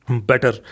better